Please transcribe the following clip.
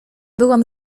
byłam